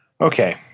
Okay